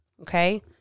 Okay